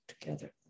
together